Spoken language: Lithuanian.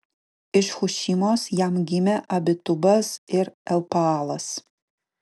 iš hušimos jam gimė abitubas ir elpaalas